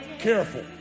careful